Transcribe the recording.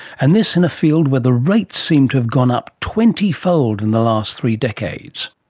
and this in a field where the rates seem to have gone up twentyfold in the last three decades.